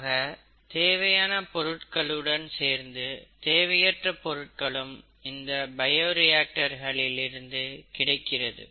ஆக தேவையான பொருட்களுடன் சேர்ந்து தேவையற்ற பொருட்களும் இந்த பயோரியாக்டர்களில் இருந்து கிடைக்கிறது